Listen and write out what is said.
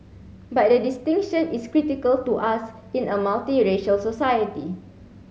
but the distinction is critical to us in a multiracial society